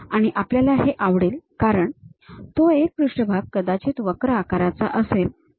आणि आपल्याला हे आवडेल कारण तो एक पृष्ठभाग कदाचित वक्र आकाराचा असेल